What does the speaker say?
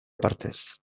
partez